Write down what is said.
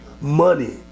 money